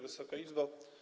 Wysoka Izbo!